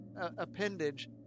appendage